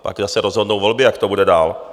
Pak zase rozhodnou volby, jak to bude dál.